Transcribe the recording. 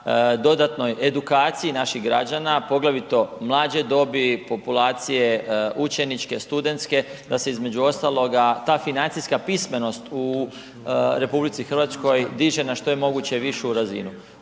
dodatnoj edukciji naših građana, poglavito mlađe dobi populacije učeničke, studentske da se između ostaloga ta financijska pismenost u RH diže na što je moguće višu razinu.